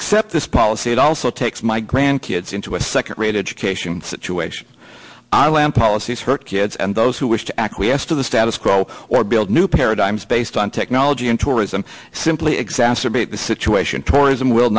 accept this policy it also takes my grandkids into a second rate education situation i land policies for kids and those who wish to acquiesce to the status quo or build new paradigms based on technology and tourism simply exacerbate the situation tourism will